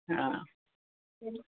हा